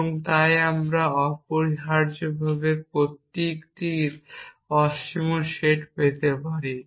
এবং তাই আমরা অপরিহার্যভাবে প্রতীকের অসীম সেট পেতে পারি